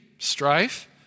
Strife